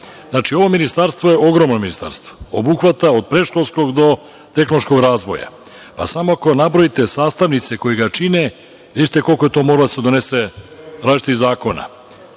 znači, ovo ministarstvo je ogromno ministarstvo, obuhvata od predškolskog do tehnološkog razvoja. Samo ako nabrojite sastavnice koje ga čine, videćete koliko je to moralo da se donese različitih zakona.